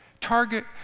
target